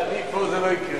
כשאני פה זה לא יקרה.